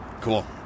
Cool